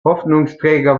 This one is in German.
hoffnungsträger